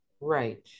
right